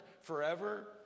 forever